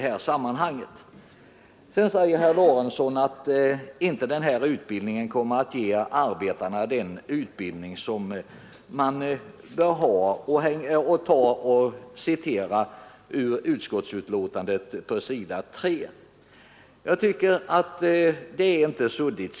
Herr Lorentzon säger att de föreslagna åtgärderna inte kommer att medföra att arbetarna får den utbildning som de bör få, och han tycker att utskottsbetänkandet är suddigt skrivet. Jag tycker inte det är suddigt.